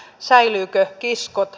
säilyvätkö kiskot